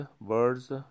birds